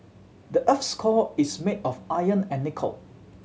the earth's core is made of iron and nickel